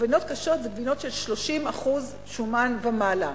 גבינות קשות זה גבינות של 30% שומן ומעלה.